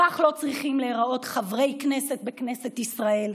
כך לא צריכים להיראות חברי כנסת בכנסת ישראל,